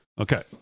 Okay